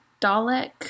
Dalek